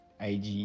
IG